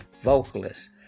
vocalist